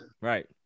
Right